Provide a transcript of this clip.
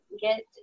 get